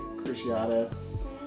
Cruciatus